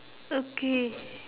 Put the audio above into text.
okay